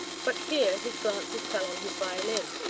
but here his glances fell on his violin,